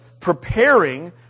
preparing